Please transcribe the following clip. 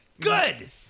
Good